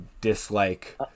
dislike